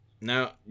Now